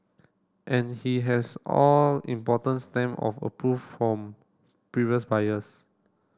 and he has all important stamp of approve from previous buyers